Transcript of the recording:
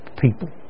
people